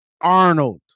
Arnold